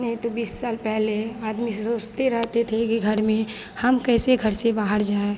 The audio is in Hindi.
नहीं तो बीस साल पहले आदमी सोचते रहते थे कि घर में हम कैसे घर से बाहर जाएँ